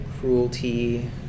Cruelty